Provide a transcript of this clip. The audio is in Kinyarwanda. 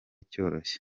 cyoroshye